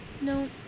No